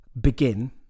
begin